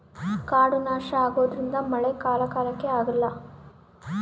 ಕಾಡು ನಾಶ ಆಗೋದ್ರಿಂದ ಮಳೆ ಕಾಲ ಕಾಲಕ್ಕೆ ಆಗಲ್ಲ